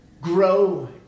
grow